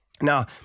Now